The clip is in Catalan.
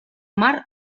mar